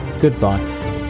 Goodbye